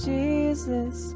Jesus